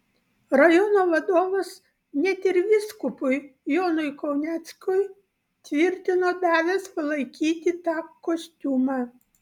rajono vadovas net ir vyskupui jonui kauneckui tvirtino davęs palaikyti tą kostiumą